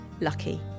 lucky